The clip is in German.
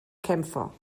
kämpfer